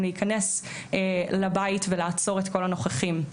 להיכנס לבית ולעצור את כל הנוכחים.